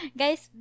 guys